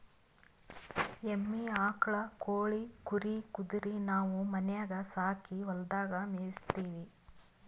ಎಮ್ಮಿ ಆಕುಳ್ ಕೋಳಿ ಕುರಿ ಕುದರಿ ನಾವು ಮನ್ಯಾಗ್ ಸಾಕಿ ಹೊಲದಾಗ್ ಮೇಯಿಸತ್ತೀವಿ